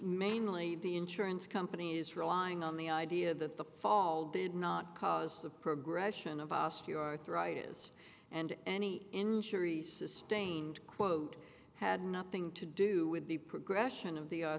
mainly the insurance companies relying on the idea that the fall did not cause the progression of osteoarthritis and any injury sustained quote had nothing to do with the progression of the